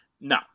no